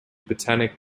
botanic